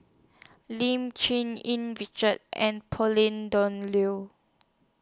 Lim Cherng Yih Richard and Pauline Dawn Loh